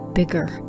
bigger